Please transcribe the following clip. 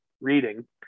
reading